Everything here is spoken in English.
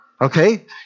Okay